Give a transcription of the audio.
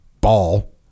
ball